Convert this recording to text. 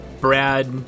Brad